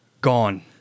Gone